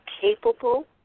capable